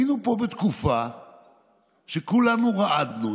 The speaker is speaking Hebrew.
היינו פה בתקופה שכולנו רעדנו.